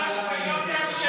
בהרס הדמוקרטיה במדינת ישראל.